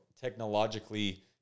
technologically